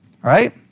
Right